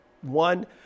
One